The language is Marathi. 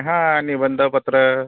हां निबंध पत्र